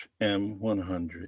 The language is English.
M100